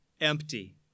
empty